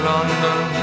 London